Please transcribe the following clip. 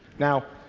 now,